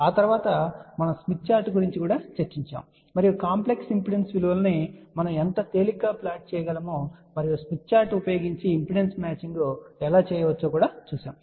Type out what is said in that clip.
ఆ తరువాత మనము స్మిత్ చార్ట్ గురించి చర్చించాము మరియు కాంప్లెక్స్ ఇంపిడెన్స్ విలువలను మనం ఎంత తేలికగా ప్లాట్ చేయగలమో మరియు స్మిత్ చార్ట్ ఉపయోగించి ఇంపిడెన్స్ మ్యాచింగ్ ఎలా చేయవచ్చో చూశాము